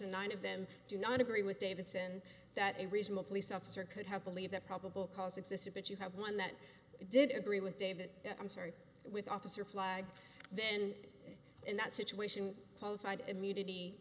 and nine of them do not agree with davidson that a reasonable police officer could have believe that probable cause existed but you have one that did agree with david i'm sorry with officer flag then in that situation qualified immunity